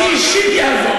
אני אישית אעזור